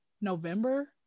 November